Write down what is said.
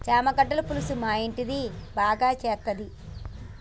చామగడ్డల పులుసు మా ఇంటిది మా బాగా సేత్తది